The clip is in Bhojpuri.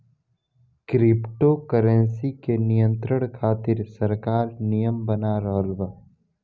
क्रिप्टो करेंसी के नियंत्रण खातिर सरकार नियम बना रहल बा